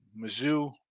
Mizzou